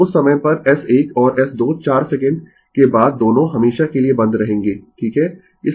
तो उस समय पर S1 और S 2 4 सेकंड के बाद दोनों हमेशा के लिए बंद रहेंगें ठीक है